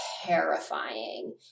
terrifying